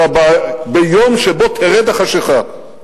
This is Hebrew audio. אלא ביום שבו תרד החשכה.